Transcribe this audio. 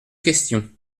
questions